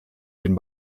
den